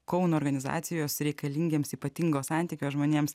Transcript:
kauno organizacijos reikalingiems ypatingo santykio žmonėms